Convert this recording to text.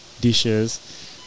dishes